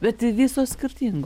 bet visos skirtingos